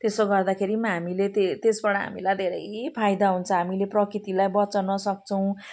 त्यसो गर्दाखेरि पनि हामीले त्य त्यसबाट हामीलाई धेरै फाइदा हुन्छ हामीले प्रकृतिलाई बँचाउनसक्छौँ